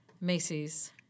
Macy's